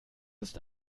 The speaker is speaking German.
ist